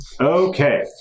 Okay